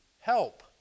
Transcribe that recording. help